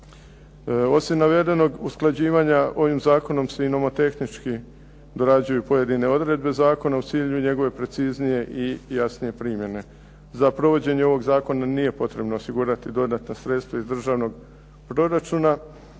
Osim navedenog usklađivanja ovim zakonom se i nomotehnički dorađuju pojedine odredbe zakona u cilju njegove preciznije i jasnije primjene. Za provođenje ovog zakona nije potrebno osigurati dodatna sredstva iz državnog proračuna